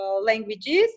languages